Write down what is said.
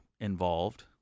involved